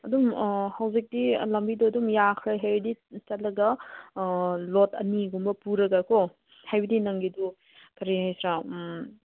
ꯑꯗꯨꯝ ꯍꯧꯖꯤꯛꯇꯤ ꯂꯝꯕꯤꯗꯨ ꯑꯗꯨꯝ ꯌꯥꯈ꯭ꯔꯦ ꯍꯥꯏꯔꯗꯤ ꯆꯠꯂꯒ ꯂꯣꯗ ꯑꯅꯤꯒꯨꯝꯕ ꯄꯨꯔꯒꯀꯣ ꯍꯥꯏꯕꯗꯤ ꯅꯪꯒꯤꯗꯨ ꯀꯔꯤ ꯍꯥꯏꯁꯤꯔꯥ